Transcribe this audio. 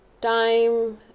time